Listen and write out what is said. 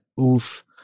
oof